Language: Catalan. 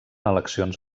eleccions